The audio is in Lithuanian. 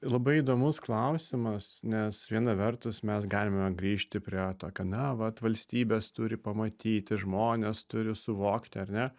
labai įdomus klausimas nes viena vertus mes galime grįžti prie tokio na vat valstybės turi pamatyti žmonės turi suvokti ar ne